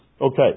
Okay